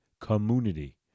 Community